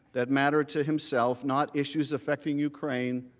that mattered to himself, not issues affecting ukraine,